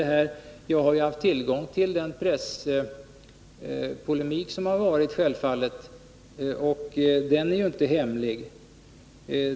Jag har självfallet haft tillgång till den presspolemik som förekommit — den är inte hemlig.